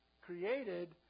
created